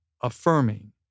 affirming